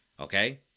Okay